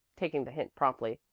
taking the hint promptly.